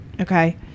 Okay